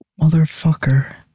Motherfucker